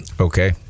Okay